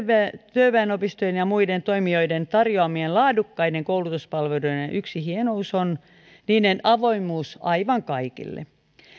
työväenopistojen ja muiden toimijoiden tarjoamien laadukkaiden koulutuspalveluiden yksi hienous on niiden avoimuus aivan kaikille